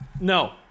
No